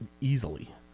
easily